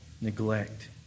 neglect